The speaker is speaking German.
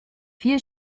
viel